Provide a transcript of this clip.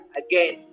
again